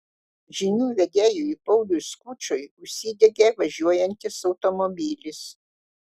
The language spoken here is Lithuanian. žinių vedėjui pauliui skučui užsidegė važiuojantis automobilis